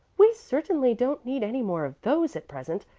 we certainly don't need any more of those at present.